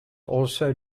also